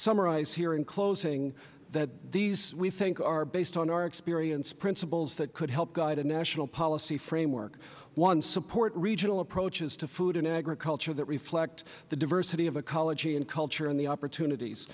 summarize here in closing that these we think are based on our experience principles that could help guide a national policy framework one support regional approaches to food and agriculture that reflect the diversity of ecology and culture and the opportunities